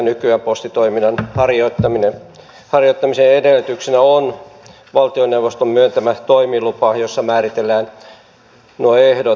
nykyään postitoiminnan harjoittamisen edellytyksenä on valtioneuvoston myöntämä toimilupa jossa määritellään nuo ehdot